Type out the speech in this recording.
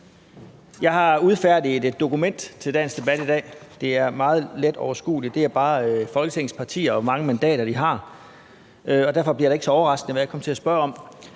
Jeg har udfærdiget et dokument til dagens debat. Det er meget let overskueligt. Det er bare Folketingets partier, og hvor mange mandater de har. Og derfor bliver det ikke så overraskende, hvad jeg kommer til at spørge om.